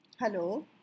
Hello